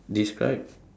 describe